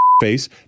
face